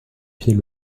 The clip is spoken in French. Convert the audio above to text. pied